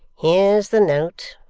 here's the note.